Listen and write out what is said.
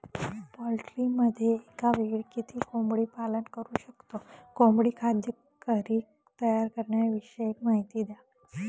पोल्ट्रीमध्ये एकावेळी किती कोंबडी पालन करु शकतो? कोंबडी खाद्य घरी तयार करण्याविषयी माहिती द्या